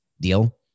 deal